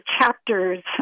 chapters